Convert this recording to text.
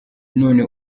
none